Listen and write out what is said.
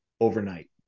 overnight